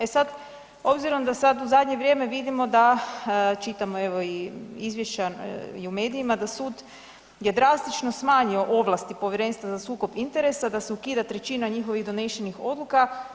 E sad, obzirom da sad u zadnje vrijeme vidimo da, čitamo evo i izvješća i u medijima da sud je drastično smanjio ovlasti Povjerenstva za sukob interesa, da se ukida trećina njihovih donešenih odluka.